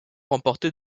remporté